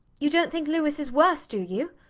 you dont think louis is worse, do you?